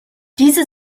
diese